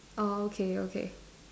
oh okay okay